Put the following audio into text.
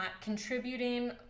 contributing